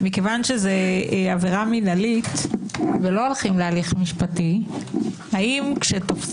הישיבה ננעלה בשעה 13:58.